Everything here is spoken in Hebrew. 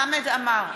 חמד עמאר,